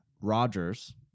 Rodgers